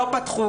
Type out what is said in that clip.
לא פתחו,